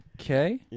okay